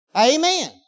Amen